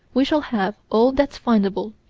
we shall have all that's findable,